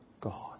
God